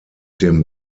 dem